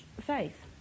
faith